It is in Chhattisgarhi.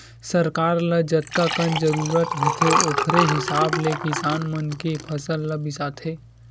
सरकार ल जतकाकन जरूरत होथे ओखरे हिसाब ले किसान मन के फसल ल बिसाथे